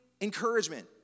encouragement